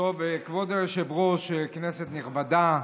היושב-ראש, כנסת נכבדה,